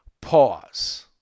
pause